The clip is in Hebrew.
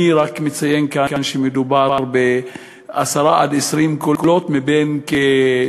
אני רק מציין כאן שמדובר ב-10 20 קולות מכ-35,000